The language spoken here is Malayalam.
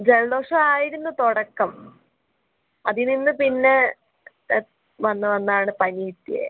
ജലദോഷം ആയിരുന്നു തുടക്കം അതിൽ നിന്ന് പിന്നെ വന്ന് വന്നാണ് പനി കിട്ടിയത്